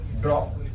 drop